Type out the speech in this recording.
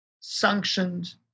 sanctioned